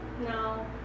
No